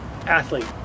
athlete